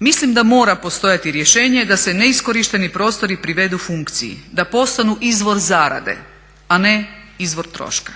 Mislim da mora postojati rješenje da se neiskorišteni prostori privedu funkciji, da postanu izvor zarade, a ne izvor troška.